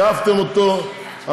אמרו לי שהעפתם אותה בשנייה.